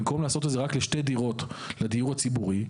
במקום לעשות את זה רק בשתי דירות לדיור הציבורי,